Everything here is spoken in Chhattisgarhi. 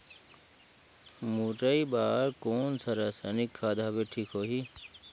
मुरई बार कोन सा रसायनिक खाद हवे ठीक होही?